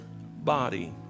body